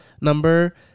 number